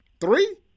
Three